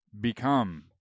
become